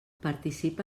participa